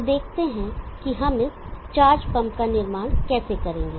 तो देखते हैं कि हम इस चार्ज पंप का निर्माण कैसे करेंगे